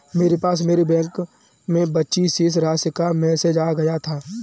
मेरे पास मेरे बैंक में बची शेष राशि का मेसेज आ गया था